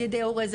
על ידי הורה,